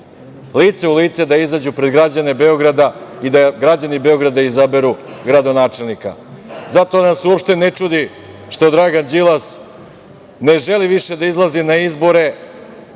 lice u lice, da izađu pred građane Beograda i da građani Beograda izaberu gradonačelnika. Zato nas uopšte ne čudi što Dragan Đilas ne želi više da izlazi na izbore